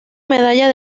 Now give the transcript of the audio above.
medalla